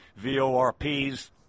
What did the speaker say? VORPs